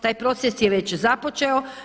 Taj proces je već započeo.